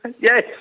Yes